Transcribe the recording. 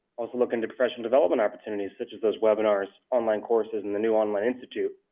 also look into professional development opportunities such as those webinars, online courses, and the new online institute.